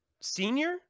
senior